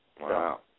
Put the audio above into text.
Wow